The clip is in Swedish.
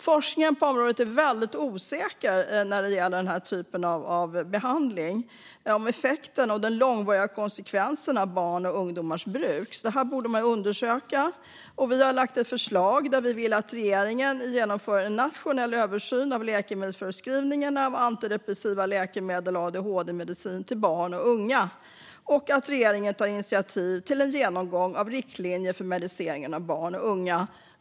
Forskningen på området, när det gäller denna typ av behandling, är väldigt osäker i fråga om effekten och de långvariga konsekvenserna av barns och ungdomars bruk. Detta borde man undersöka. Vi har lagt fram ett förslag. Vi vill att regeringen genomför en nationell översyn av läkemedelsförskrivningen när det gäller antidepressiva läkemedel och adhd-medicin till barn och unga och att regeringen tar initiativ till en genomgång av riktlinjer för medicinering av barn och unga.